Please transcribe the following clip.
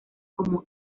como